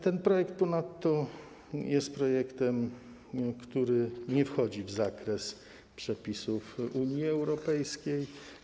Ten projekt ponadto jest projektem, który nie wchodzi w zakres przepisów Unii Europejskiej.